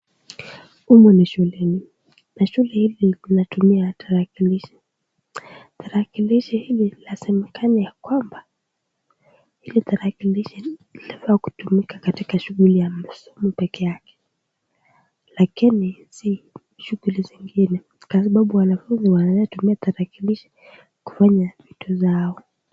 Humu ni shuleni, na shule hili linatumia taraklilishi. Tarakilishi hili , linasemekana hili tarakilishi linatumiwa kwa masomo peke yake, lakini si shughuli zingine kwa sababu wanafunzi wanaezatumia tarakilishi kufanya vitu vyao.